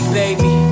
baby